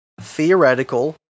theoretical